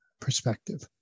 perspective